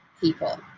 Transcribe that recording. people